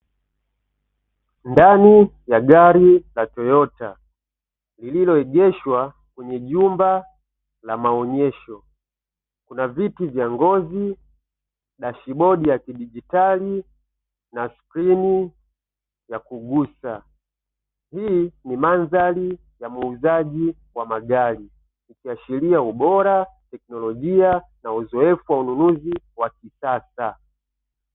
Ndani ya gari la "Toyota" lililoegeshwa kwenye jumba la maonyesho. Kuna viti vya ngozi, dashibodi ya kidijitali na skrini ya kugusa. Hii ni mandhari ya muuzaji wa magari ikiashiria ubora, teknolojia na uzoefu wa ununuzi wa kisasa.